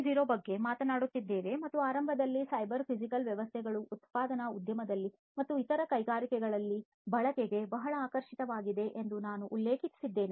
0 ಬಗ್ಗೆ ಮಾತನಾಡುತ್ತಿದ್ದೆವು ಮತ್ತು ಆರಂಭದಲ್ಲಿ ಸೈಬರ್ ಫಿಸಿಕಲ್ ವ್ಯವಸ್ಥೆಗಳು ಉತ್ಪಾದನಾ ಉದ್ಯಮದಲ್ಲಿ ಮತ್ತು ಇತರ ಕೈಗಾರಿಕೆಗಳಲ್ಲಿ ಬಳಕೆಗೆ ಬಹಳ ಆಕರ್ಷಕವಾಗಿವೆ ಎಂದು ನಾನು ಉಲ್ಲೇಖಿಸಿದ್ದೇನೆ